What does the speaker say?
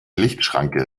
lichtschranke